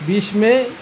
বিছ মে'